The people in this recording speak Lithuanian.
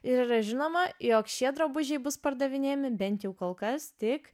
ir žinoma jog šie drabužiai bus pardavinėjami bent jau kol kas tik